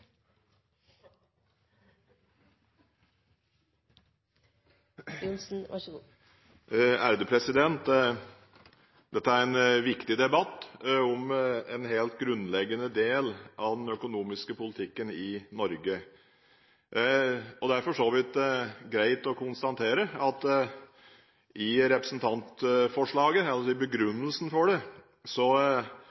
Dette er en viktig debatt om en helt grunnleggende del av den økonomiske politikken i Norge. Det er for så vidt greit å konstatere at i begrunnelsen for representantforslaget